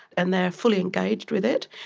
and they are fully engaged with it,